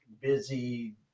busy